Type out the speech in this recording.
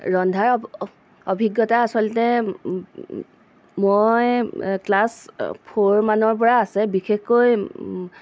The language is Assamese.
ৰন্ধাৰ অভিজ্ঞতা আচলতে মই ক্লাছ ফোৰ মানৰ পৰা আছে বিশেষকৈ